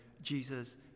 Jesus